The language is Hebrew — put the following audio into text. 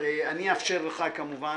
אני אאפשר למציע, כמובן,